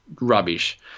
rubbish